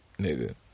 nigga